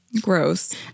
gross